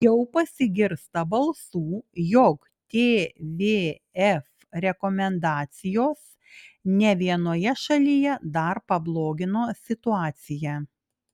jau pasigirsta balsų jog tvf rekomendacijos ne vienoje šalyje dar pablogino situaciją